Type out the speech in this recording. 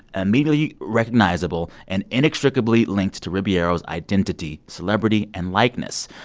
immediately recognizable and inextricably linked to ribeiro's identity, celebrity and likeness.